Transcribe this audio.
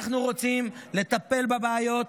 אנחנו רוצים לטפל בבעיות,